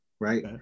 right